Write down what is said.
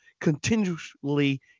continuously